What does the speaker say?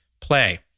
play